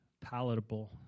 palatable